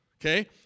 okay